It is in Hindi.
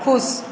खुश